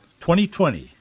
2020